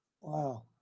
Wow